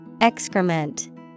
Excrement